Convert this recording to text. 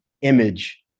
image